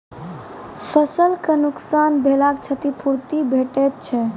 फसलक नुकसान भेलाक क्षतिपूर्ति भेटैत छै?